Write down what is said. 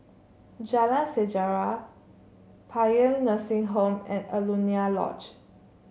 Jalan Sejarah Paean Nursing Home and Alaunia Lodge